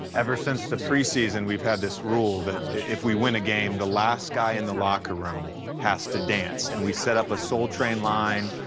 ever since the preseason, we've had this rule that if we win a game the last guy in the locker room has to dance, and we set up a soul train line.